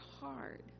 hard